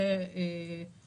מצב